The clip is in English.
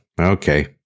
okay